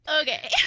Okay